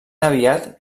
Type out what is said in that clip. aviat